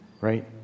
right